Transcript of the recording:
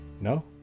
No